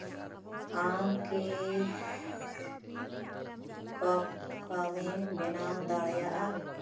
ᱟᱢ ᱠᱤ ᱠᱚᱯᱷ ᱠᱟᱹᱢᱤᱢ ᱵᱮᱱᱟᱣ ᱫᱟᱲᱮᱭᱟᱜᱼᱟ